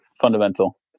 fundamental